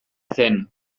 zen